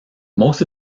most